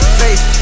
face